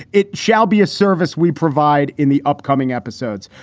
it shall be a service we provide in the upcoming episodes.